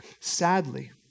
Sadly